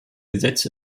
gesetz